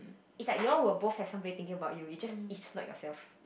is like you all will both have some great thing about you is just is just about yourself